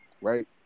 right